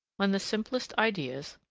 when the simplest ideas,